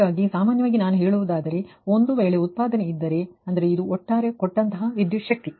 ಹಾಗಾಗಿ ಸಾಮಾನ್ಯವಾಗಿ ನಾನು ಹೇಳುವುದಾದರೆ ಒಂದು ವೇಳೆ ಉತ್ಪಾದನೆ ಇದ್ದರೆ ಅಂದರೆ ಇದು ಒಟ್ಟಾರೆ ಕೊಟ್ಟಂತಹ ವಿದ್ಯುತ್ ಶಕ್ತಿ